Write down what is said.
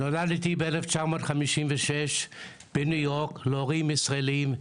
נולדתי ב- 1956 בניו-יורק להורים ישראלים,